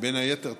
בין היתר,